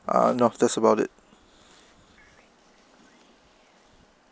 ah no that's about it